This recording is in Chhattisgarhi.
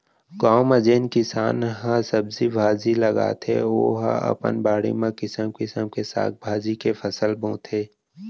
गाँव म जेन किसान ह सब्जी भाजी लगाथे ओ ह अपन बाड़ी म किसम किसम के साग भाजी के फसल बोथे